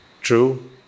true